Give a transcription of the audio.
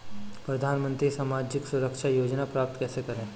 प्रधानमंत्री सामाजिक सुरक्षा योजना प्राप्त कैसे करें?